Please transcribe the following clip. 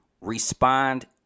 respond